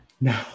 No